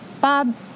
Bob